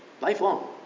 Lifelong